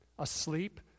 Asleep